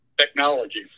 technology